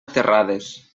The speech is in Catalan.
terrades